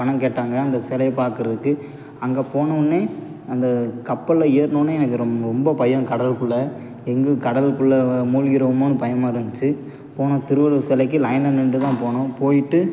பணம் கேட்டாங்க அந்த சிலையை பார்க்குறதுக்கு அங்கே போனவுனே அந்த கப்பலில் ஏர்னவுனே எனக்கு ரொம்ப பயம் கடலுக்குள்ளே எங்கே கடலுக்குள்ளே மூழ்கிருவோமோன்னு பயமாக இருந்திச்சு போனோம் திருவள்ளுவர் சிலைக்கி லயனில் நின்றுதான் போனோம் போயிவிட்டு